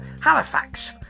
Halifax